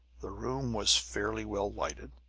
the room was fairly well lighted,